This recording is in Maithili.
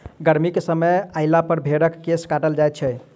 गर्मीक समय अयलापर भेंड़क केश काटल जाइत छै